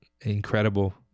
incredible